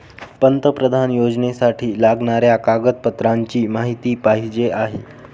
पंतप्रधान योजनेसाठी लागणाऱ्या कागदपत्रांची माहिती पाहिजे आहे